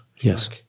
Yes